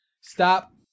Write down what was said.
stop